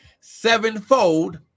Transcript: sevenfold